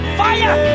fire